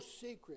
secret